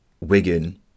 Wigan